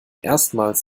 erstmals